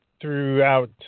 throughout